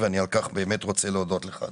על כך אני רוצה להודות לך.